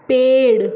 पेड़